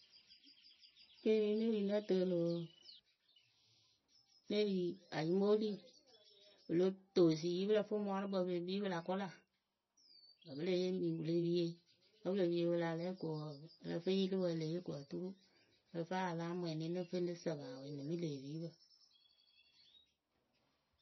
Keeri ne ri nǝ tɨɨlɨ wǝǝ, ne ri ayimooli pɨ lo toŋ esi wǝ́ pɨ lǝ fɨ mɔɔrʊkpǝ pɨ le kpii pɨ la kʊla wǝ́ pɨ le yeemi wɨ le pie, kǝ́ wɨ le pie wɨ la lɛ ko wǝǝ ǝ lǝ fɨ yɩlɩ e le yee ko oturu ǝ lǝ fɨ a yaa láa mwɛnɩ nɨ fɨ nɨ sǝpɨ awɛ nɨ mɨ lë epipǝ.